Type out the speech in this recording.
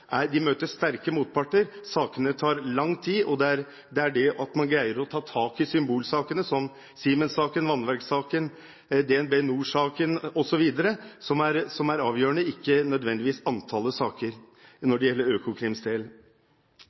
møter man sterke motparter, sakene tar lang tid, og det er det at man greier å ta tak i symbolsakene – som Siemens-saken, vannverkssaken, DnB NOR-saken osv. – som er avgjørende, ikke nødvendigvis antallet saker når det gjelder